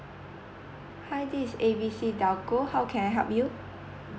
hi this is A B C telco how can I help you